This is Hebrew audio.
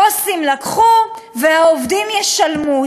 הבוסים לקחו והעובדים ישלמו.